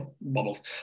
bubbles